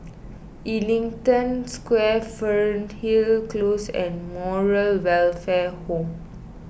Ellington Square Fernhill Close and Moral Welfare Home